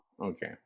okay